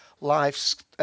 lives